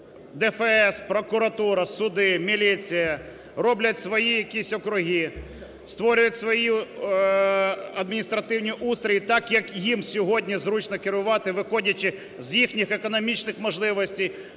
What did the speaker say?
ДФС, прокуратура, суди, міліція роблять свої якісь округи, створюють свої адміністративні устрої так, як їм сьогодні зручно керувати, виходячи з їхніх економічних можливостей,